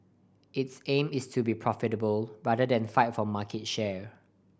its aim is to be profitable rather than fight for market share